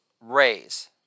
raise